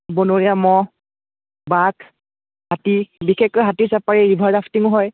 বনৰীয়া ম'হ বাঘ হাতী বিশেষকৈ হাতী চাপাৰী ৰিভাৰ ৰাফটিঙো হয়